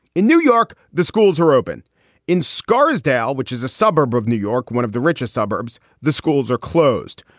in new york, the schools are open in scarsdale, which is a suburb of new york, one of the richest suburbs. the schools are closed.